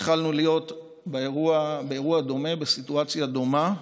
יכולנו להיות באירוע דומה, בסיטואציה דומה,